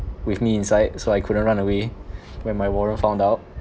with me inside so I couldn't run away when my warren found out